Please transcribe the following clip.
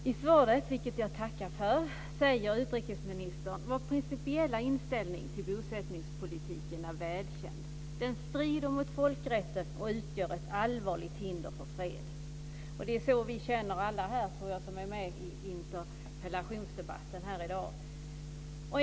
Fru talman! I svaret, vilket jag tackar för, säger utrikesministern: "Vår principiella inställning till bosättningspolitiken är välkänd: Den strider mot folkrätten och utgör ett allvarligt hinder för fred." Det är så vi alla känner som är med i interpellationsdebatten här i dag.